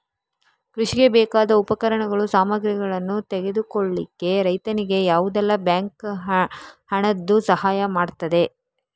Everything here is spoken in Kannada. ಕೃಷಿಗೆ ಬೇಕಾದ ಉಪಕರಣಗಳು, ಸಾಮಗ್ರಿಗಳನ್ನು ತೆಗೆದುಕೊಳ್ಳಿಕ್ಕೆ ರೈತನಿಗೆ ಯಾವುದೆಲ್ಲ ಬ್ಯಾಂಕ್ ಹಣದ್ದು ಸಹಾಯ ಮಾಡ್ತದೆ?